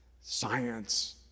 science